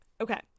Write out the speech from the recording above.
Okay